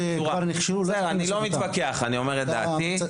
אני לא מתווכח אלא אומר את דעתי.